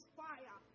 fire